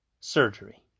surgery